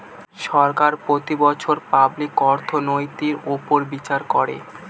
সরকার প্রতি বছর পাবলিক অর্থনৈতির উপর বিচার করে